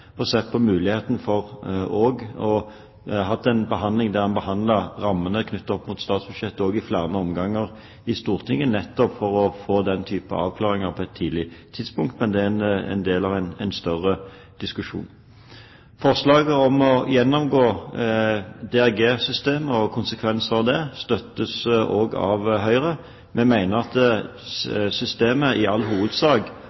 sett, for å se på muligheten for også å behandle rammene for statsbudsjettet i flere omganger i Stortinget, nettopp for å få den type avklaringer på et tidlig tidspunkt. Men det er en del av en større diskusjon. Forslaget om å gjennomgå DRG-systemet og konsekvenser av det støttes også av Høyre. Vi mener at